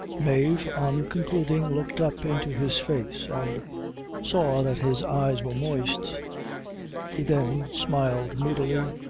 mave, on concluding, looked up into his face, and saw that his eyes were moist he then smiled moodily,